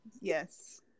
yes